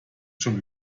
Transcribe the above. schon